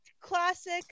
classic